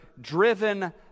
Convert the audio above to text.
driven